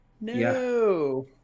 no